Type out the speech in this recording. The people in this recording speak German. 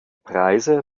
preise